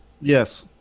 Yes